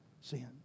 sin